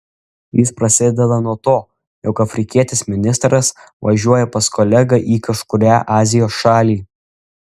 jis prasideda nuo to jog afrikietis ministras važiuoja pas kolegą į kažkurią azijos šalį